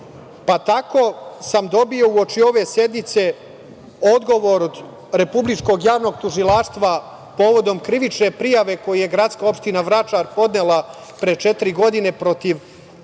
zakona. Tako sam dobio u oči ove sednice odgovor od Republičkog javnog tužilaštva povodom krivične prijave koju je gradska opština Vračar podnela pre četiri godine protiv